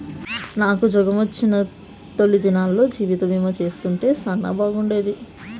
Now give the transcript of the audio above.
నాకుజ్జోగమొచ్చిన తొలి దినాల్లో జీవితబీమా చేసుంటే సానా బాగుండేది